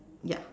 ya